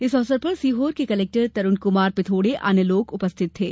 इस अवसर पर सीहोर के कलेक्टर तरूण कुमार पिथोड़े अन्य लोग उपस्थित थे